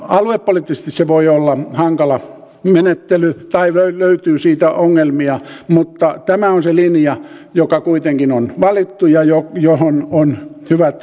aluepoliittisesti se voi olla hankala menettely tai siitä löytyy ongelmia mutta tämä on se linja joka kuitenkin on valittu ja johon on hyvät perustelut